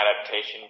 adaptation